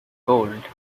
gold